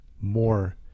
more